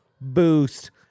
Boost